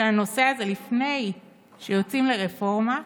שהנושא הזה, לפני שיוצאים לרפורמה,